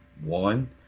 one